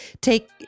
take